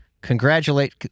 congratulate